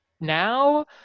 Now